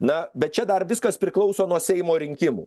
na bet čia dar viskas priklauso nuo seimo rinkimų